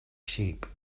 sheep